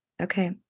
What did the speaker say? Okay